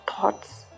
thoughts